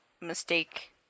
mistake